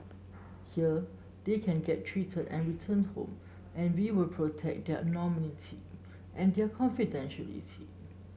here they can get treated and return home and we will protect their anonymity and their confidentiality